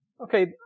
Okay